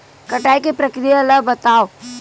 कटाई के प्रक्रिया ला बतावव?